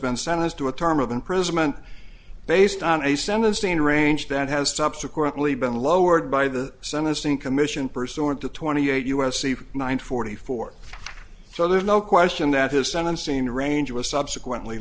been sentenced to a term of imprisonment based on a sentencing range that has subsequently been lowered by the sentencing commission pursuant to twenty eight u s c nine forty four so there's no question that his sentencing range was subsequently